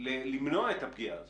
למנוע את הפגיעה הזאת?